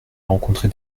rencontré